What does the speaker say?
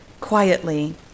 quietly